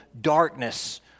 darkness